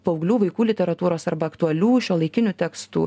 paauglių vaikų literatūros arba aktualių šiuolaikinių tekstų